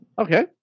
Okay